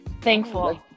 thankful